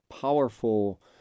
powerful